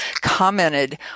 commented